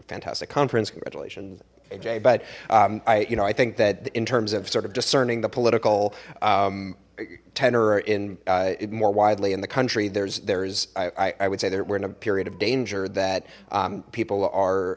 fantastic conference congratulations jay but i you know i think that in terms of sort of discerning the political tenor in more widely in the country there's there's i would say there were in a period of danger that people are